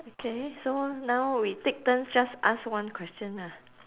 okay so now we take turns just ask one question ah